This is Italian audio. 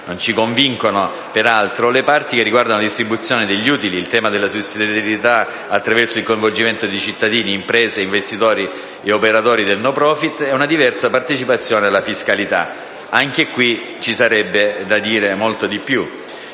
Non ci convincono, peraltro, le parti che riguardano la distribuzione degli utili, il tema della sussidiarietà attraverso il coinvolgimento di cittadini, imprese, investitori e operatori del settore *no profit* e una diversa partecipazione alla fiscalità. Anche qui ci sarebbe da dire molto di più.